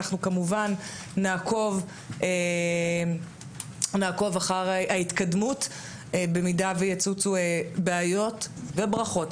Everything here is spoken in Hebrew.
אנחנו כמובן נעקוב אחר ההתקדמות במידה ויצוצו בעיות וברכות,